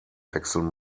wechseln